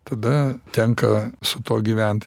tada tenka su tuo gyvent